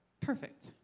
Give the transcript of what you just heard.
Perfect